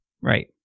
right